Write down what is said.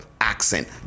accent